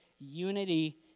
unity